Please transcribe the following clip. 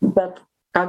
bet ką